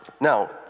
Now